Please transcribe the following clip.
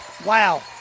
wow